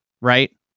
right